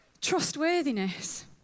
Trustworthiness